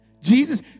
Jesus